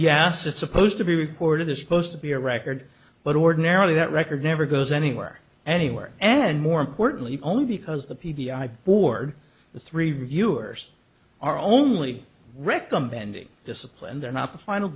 yes it's supposed to be recorded this supposed to be a record but ordinarily that record never goes anywhere anywhere and more importantly only because the p d i board the three reviewers are only recommending discipline they're not the final